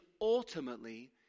ultimately